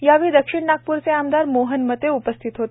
यावेळी दक्षिण नागप्रचे आमदार मोहन मते उपस्थित होते